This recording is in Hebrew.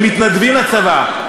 הם מתנדבים לצבא.